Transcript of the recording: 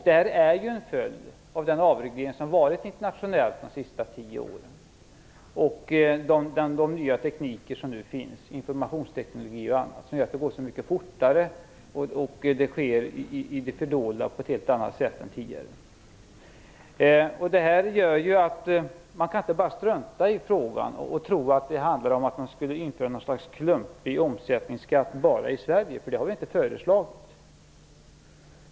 Det är en följd av den avreglering som skett internationellt de senaste tio åren och de nya tekniker som nu finns, informationsteknologi och annat. Det går så mycket fortare och sker i det fördolda på ett helt annat sätt än tidigare. Det gör att man inte bara kan strunta i frågan och tro att det handlar om att införa något slags klumpig omsättningsskatt bara i Sverige. Det har vi inte föreslagit.